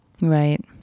Right